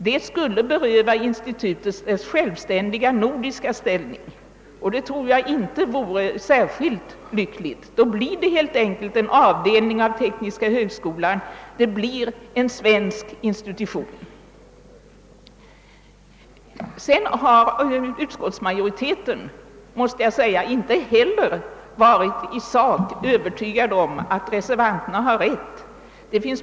Det skulle beröva institutet dess självständiga nordiska ställning, och det tror jag inte vore särskilt lyckligt. Utskottsmajoriteten har inte heller i sak varit övertygad om att reservanterna har rätt.